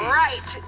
right